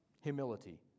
Humility